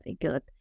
good